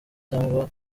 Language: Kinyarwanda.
cyangwa